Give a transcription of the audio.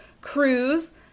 cruise